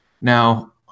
Now